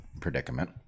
predicament